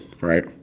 Right